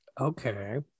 Okay